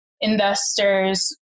investors